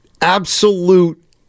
absolute